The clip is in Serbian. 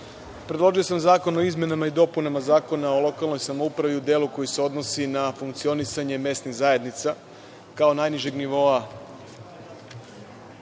sam zakon o izmenama i dopunama Zakona o lokalnoj samoupravi u delu koji se odnosi na funkcionisanje mesnih zajednica kao najnižeg nivoa